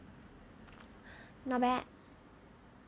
not bad